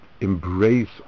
embrace